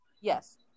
Yes